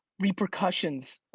repercussions.